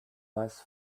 was